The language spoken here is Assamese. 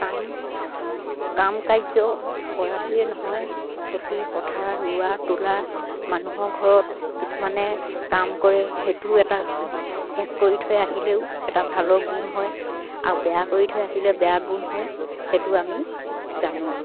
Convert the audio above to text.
কাম কাম কাৰ্য কৰাটোৱে নহয় খেতি পথাৰ ৰোৱা তোলা মানুহৰ ঘৰত কিছুমানে কাম কৰে সেইটো এটা শেষ কৰি থৈ আহিলেও এটা ভালৰ গুণ হয় আৰু বেয়া কৰি থৈ আহিলে বেয়া গুণ হয় সেইটো আমি জানোঁ